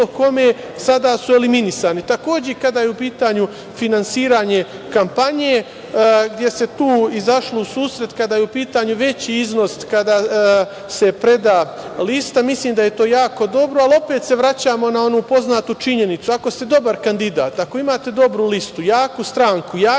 kome sada su eliminisani. Takođe, kada je u pitanju finansiranje kampanje, gde se tu izašlo u susret kada je u pitanju veći iznos, kada se preda lista, mislim da je to jako dobro, ali opet se vraćamo na onu poznatu činjenicu - ako ste dobar kandidat, ako imate dobru listu, jaku stranku, jake